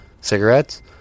cigarettes